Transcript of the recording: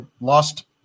lost